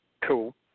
Cool